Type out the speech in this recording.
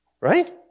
right